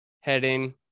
heading